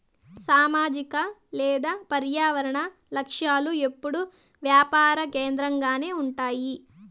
సామాజిక లేదా పర్యావరన లక్ష్యాలు ఎప్పుడూ యాపార కేంద్రకంగానే ఉంటాయి